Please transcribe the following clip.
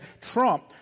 Trump